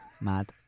Mad